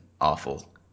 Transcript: awful